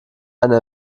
eine